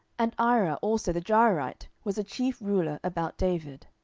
and ira also the jairite was a chief ruler about david.